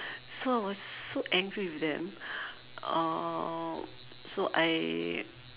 so I was so angry with them uh so I